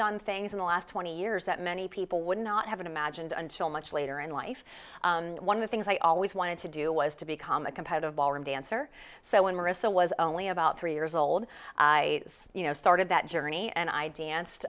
done things in the last twenty years that many people would not have imagined until much later in life one of the things i always wanted to do was to become a competitive ballroom dancer so when ricin was only about three years old i started that journey and i danced